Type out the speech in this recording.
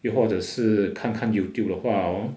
又或者是看看 youtube 的话